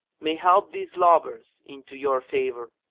may help these lovers into your favour.